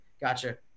Gotcha